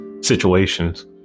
situations